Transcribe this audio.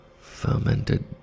fermented